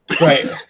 Right